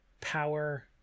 power